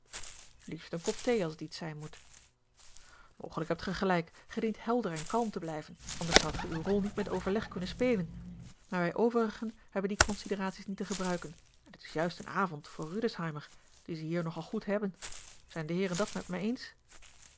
een kop thee als het iets zijn moet mogelijk hebt gij gelijk gij dient helder en kalm te blijven anders zoudt gij uwe rol niet met overleg kunnen spelen maar a l g bosboom-toussaint langs een omweg wij overigen hebben die consideraties niet te gebruiken en het is juist een avond voor rüdesheimer die ze hier nogal goed hebben zijn de heeren dat met mij eens